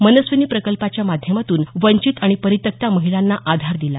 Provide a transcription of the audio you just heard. मनस्विनी प्रकल्पाच्या माध्यमातून वंचित आणि परित्यक्त्या महिलांना आधार दिला